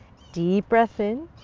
deep breath in.